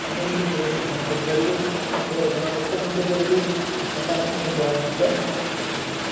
ସାମଗ୍ରୀକ ପରିବର୍ତ୍ତନ ସମାନ କରିପାରିବେ ଏବଂ ଖେଳର ଗୁଣବତ୍ତା ମଧ୍ୟ ବଢ଼ିବ ଆଉ ସାକାରାତ୍ମକ ପ୍ରଭାବ ମଧ୍ୟ ପକାଇବେ